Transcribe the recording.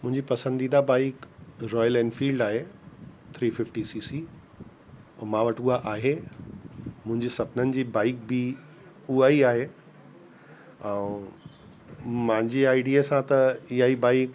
मुंहिंजी पसंदीदा bike Royal Enfield आहे थ्री फिफ्टी सी सी और मां वटि उहा आहे मुंहिंजी सुपिननि जी बाइक बि उहा ई आहे ऐं मुंहिंजी आइडिया सां त इहा ई बाइक